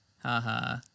haha